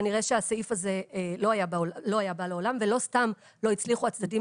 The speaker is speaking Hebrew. כנראה שהסעיף הזה לא היה בא לעולם ולא סתם לא הצליחו הצדדים